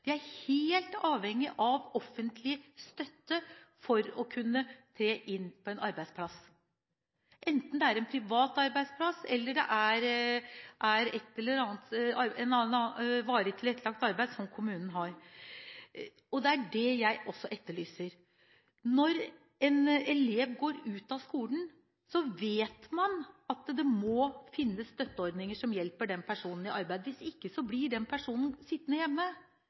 De er helt avhengige av offentlig støtte for å kunne tre inn på en arbeidsplass, enten det er en privat arbeidsplass eller det er et eller annet varig tilrettelagt arbeid som kommunen har. Det er det jeg også etterlyser rettigheter til. Når en elev går ut av skolen, vet man at det må finnes støtteordninger som hjelper den personen i arbeid. Hvis ikke blir den personen sittende hjemme